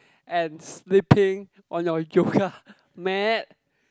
and sleeping on your yoga mat